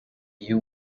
you